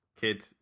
kid